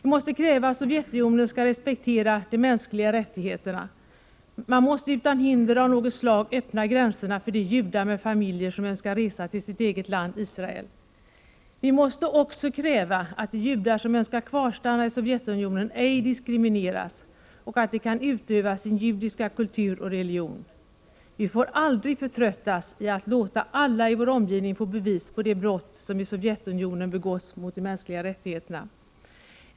Vi måste kräva att Sovjetunionen skall respektera de mänskliga rättigheterna. Man måste utan hinder av något slag öppna gränserna för de judar med familjer som önskar resa till sitt eget land Israel. Vi måste också kräva att de judar som önskar kvarstanna i Sovjetunionen ej diskrimineras och att de kan utöva sin judiska kultur och religion. Vi får aldrig förtröttas när det gäller att låta alla i vår omgivning få bevis på de brott som i Sovjetunionen begås mot de mänskliga rättigheterna.